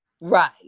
Right